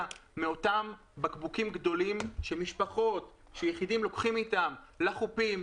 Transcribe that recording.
מאותם בקבוקים גדולים שמשפחות ויחידים לוקחים איתם לחופים,